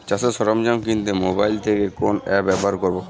চাষের সরঞ্জাম কিনতে মোবাইল থেকে কোন অ্যাপ ব্যাবহার করব?